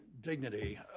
dignity